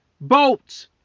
boats